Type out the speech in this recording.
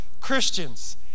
Christians